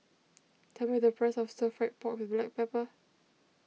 tell me the price of Stir Fried Pork with Black Pepper